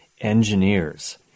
engineers